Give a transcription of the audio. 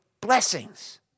blessings